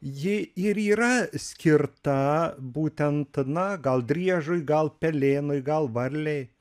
ji ir yra skirta būtent na gal driežui gal pelėnui gal varlei